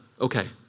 Okay